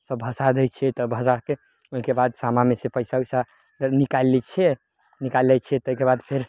सभ भसा दै छियै तऽ भसाके ओइके बाद सामामे से पैसा उसा निकालि लै छियै निकालि लै छियै तैके बाद फेर